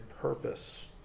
purpose